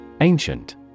Ancient